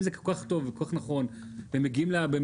אם זה כל כך טוב וכל כך נכון ומגיעים באמת,